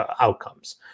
outcomes